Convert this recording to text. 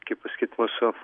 kaip pasakyt mūsų